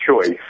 choice